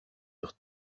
sur